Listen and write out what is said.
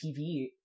TV